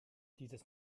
dieses